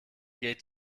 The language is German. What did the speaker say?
geht